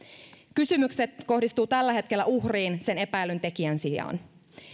kysymykset kohdistuvat tällä hetkellä uhriin epäillyn tekijän sijasta